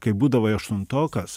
kai būdavai aštuntokas